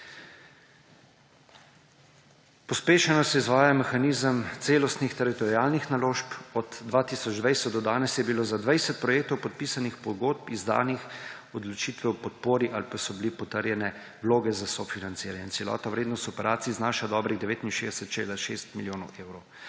Pospešeno se izvaja mehanizem celostnih teritorialnih naložb. O 2020 do danes je bilo za 20 projektov podpisanih pogodb, izdanih odločitev o podpori ali pa so bile potrjene vloge za sofinanciranje. In celotna vrednost operacij znaša dobrih 69,6 milijona evrov.